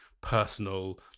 personal